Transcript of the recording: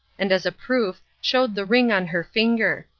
and as a proof showed the ring on her finger.